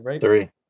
three